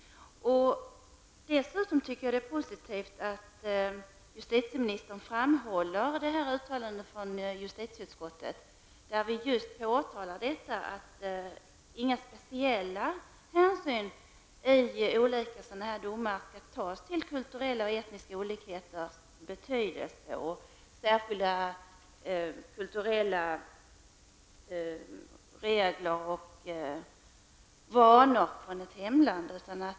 Dessutom tycker jag att det är positivt att justitieministern framhåller uttalandet från justitieutskottet. Utskottet påtalar att inga speciella hänsyn i olika domar skall tas till kulturella och etniska olikheters betydelse, särskilda kulturella regler och vanor från ett annat hemland.